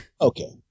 Okay